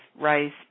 rice